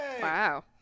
Wow